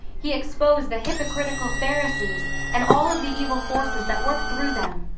he exposed the hypocritical pharisees and all of the evil forces that worked through them.